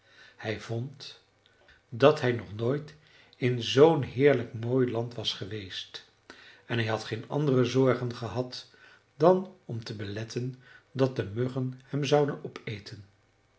hij vond dat hij nog nooit in zoo'n heerlijk mooi land was geweest en hij had geen andere zorgen gehad dan om te beletten dat de muggen hem zouden opeten